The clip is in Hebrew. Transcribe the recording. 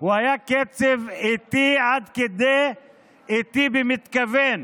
היה קצב איטי עד כדי איטי במתכוון.